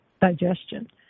digestion